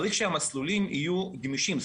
צריך שהמסלולים יהיו גמישים,